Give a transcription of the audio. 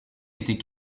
était